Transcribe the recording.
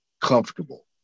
comfortable